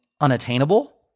unattainable